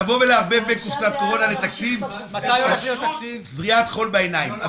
לבוא ולערבב בין קופסת קורונה לתקציב זה פשוט זריית חול בעיניים.